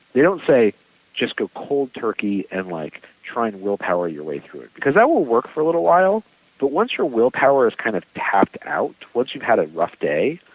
they don't say just go cold turkey and like trying will power your way through it because that will work for a little while but once your will power kind of passed out, once you had a rough day,